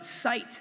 sight